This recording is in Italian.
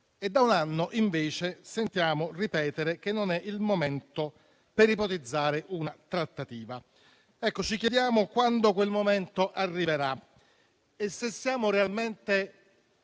e da un anno sentiamo ripetere che non è il momento per ipotizzare una trattativa. Ecco, ci chiediamo quando quel momento arriverà, e se siamo realmente